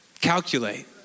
calculate